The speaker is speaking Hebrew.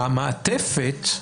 המעטפת,